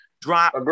drop